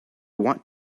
want